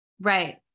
Right